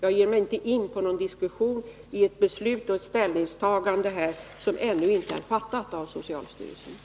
Jag ger mig inte in i någon diskussion i en fråga där beslut ännu inte har fattats av socialstyrelsen.